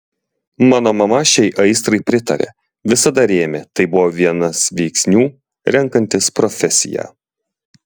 mano mama šiai aistrai pritarė visada rėmė tai buvo vienas veiksnių renkantis profesiją